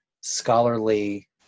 scholarly